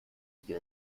die